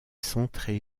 centré